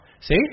See